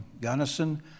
Gunnison